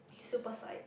super sight